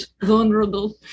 vulnerable